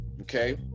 Okay